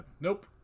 nope